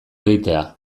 egitea